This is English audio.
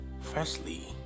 Firstly